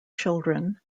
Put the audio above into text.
children